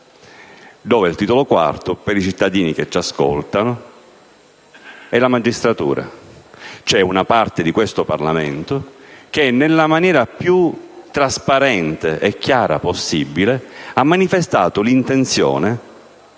dove il Titolo IV, per i cittadini che ci ascoltano, è la magistratura. C'è una parte di questo Parlamento che, nella maniera più trasparente e chiara possibile, ha manifestato l'intenzione